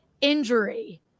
injury